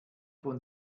von